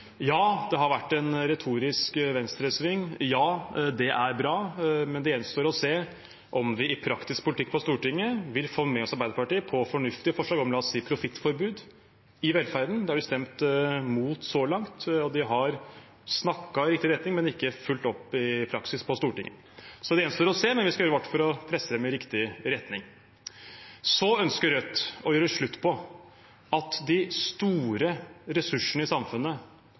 Ja, det har vært en retorisk venstresving, og ja, det er bra, men det gjenstår å se om vi i praktisk politikk på Stortinget vil få med oss Arbeiderpartiet på fornuftige forslag om, la oss si, profittforbud i velferden. Det har de stemt imot så langt. De har snakket i riktig retning, men ikke fulgt opp i praksis på Stortinget. Så det gjenstår å se, men vi skal gjøre vårt for å presse dem i riktig retning. Så ønsker Rødt å gjøre slutt på at de store ressursene i samfunnet,